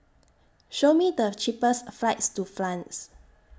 Show Me The cheapest flights to France